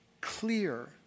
clear